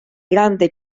grande